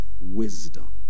wisdom